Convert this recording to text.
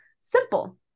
simple